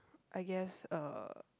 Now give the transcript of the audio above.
I guess uh